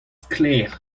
sklaer